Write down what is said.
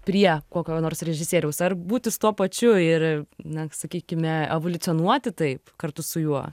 prie kokio nors režisieriaus ar būti su tuo pačiu ir na sakykime evoliucionuoti taip kartu su juo